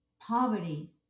poverty